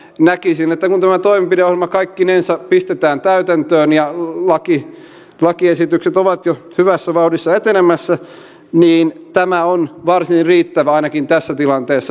näkisin että kun tämä toimenpideohjelma kaikkinensa pistetään täytäntöön ja lakiesitykset ovat jo hyvässä vauhdissa etenemässä niin tämä on varsin riittävä määrittelynä ainakin tässä tilanteessa